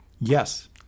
Yes